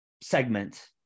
segment